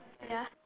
ya